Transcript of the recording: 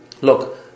Look